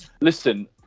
Listen